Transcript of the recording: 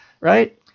Right